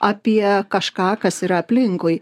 apie kažką kas yra aplinkui